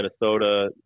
Minnesota